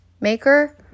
maker